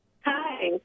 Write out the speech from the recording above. Hi